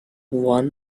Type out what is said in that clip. one